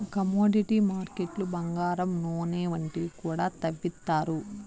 commodity మార్కెట్లు బంగారం నూనె వంటివి కూడా తవ్విత్తారు